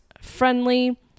friendly